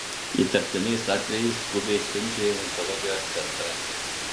įtartinais atvejais skubiai siunčia į onkologijos centrą